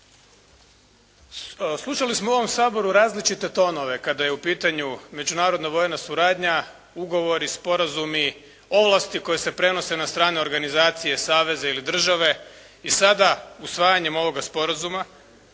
Slušali smo u ovom Saboru različite tonove kada je u pitanju međunarodna vojna suradnja, ugovori, sporazumi, ovlasti koje se prenose na strane organizacije, saveze ili države i sada usvajanjem ovoga sporazuma